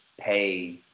pay